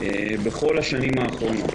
בכל השנים האחרונות.